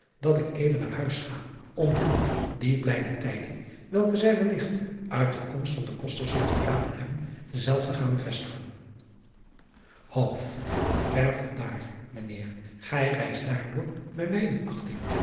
dat ik even naar huis ga om hun die blijde tijding welke zij welligt uit de komst van den oster zullen geraden hebben zelf te gaan bevestigen er van daar ijnheer ij rijst daardoor bij mij in